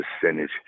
percentage